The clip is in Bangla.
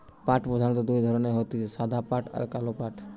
পাট প্রধানত দুই ধরণের হতিছে সাদা পাট আর কালো পাট